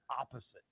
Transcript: opposite